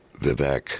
Vivek